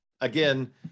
Again